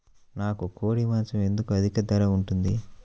నాకు కోడి మాసం ఎందుకు అధిక ధర ఉంటుంది?